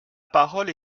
parole